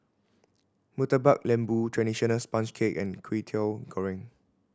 Murtabak Lembu traditional sponge cake and Kwetiau Goreng